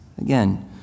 again